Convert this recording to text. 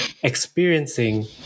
experiencing